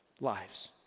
lives